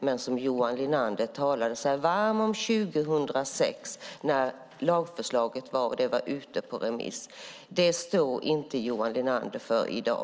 Men Johan Linander talade sig varm för den 2006 när lagförslaget var ute på remiss. Det står inte Johan Linander för i dag.